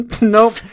Nope